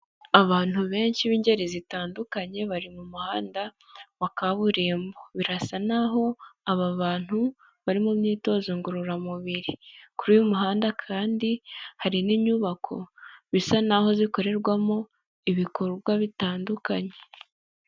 Abantu benshi b'ingeri zitandukanye bari mu muhanda wa kaburimbo birasa n'aho aba bantu bari mu myitozo ngororamubiri, kuri uyu muhanda kandi hari n'inyubako bisa nk'aho zikorerwamo ibikorwa bitandukanye.